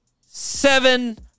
seven